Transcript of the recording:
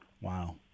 Wow